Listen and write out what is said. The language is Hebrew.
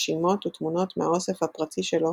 רשימות ותמונות מהאוסף הפרטי שלו